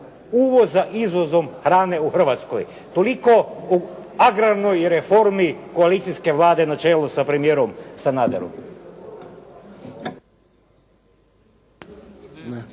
uvoza izvozom hrane u Hrvatskoj. Toliko o agrarnoj reformi koalicijske Vlade na čelu sa premijerom Sanaderom.